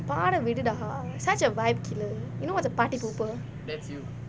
பாட விடு:paada vidu dah such a vibe killer you know what's a party popper